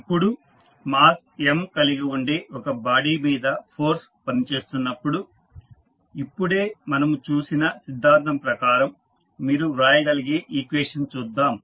ఇప్పుడు mass M కలిగి ఉండే ఒక బాడీ మీద ఫోర్స్ పనిచేస్తున్నప్పుడు ఇప్పుడే మనము చూసిన నియమం ప్రకారం మీరు వ్రాయగలిగే ఈక్వేషన్ చూద్దాం